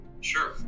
Sure